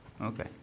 Okay